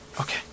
Okay